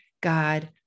God